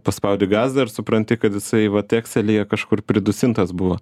paspaudi gazą ir supranti kad jisai vat ekselyje kažkur pridusintas buvo